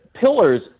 pillars